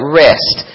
rest